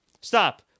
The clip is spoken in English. Stop